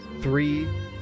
three